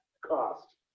cost